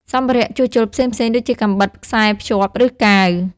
សម្ភារៈជួសជុលផ្សេងៗ ដូចជាកាំបិត ខ្សែរភ្ជាប់ ឬកាវ។